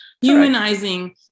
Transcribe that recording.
Humanizing